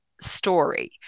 story